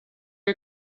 you